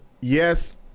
yes